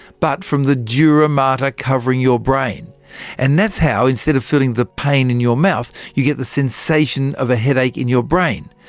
but from the dura mater covering your brain and that's how instead of feeling the pain in your mouth, you get the sensation of a headache in your brain.